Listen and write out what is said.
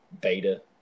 beta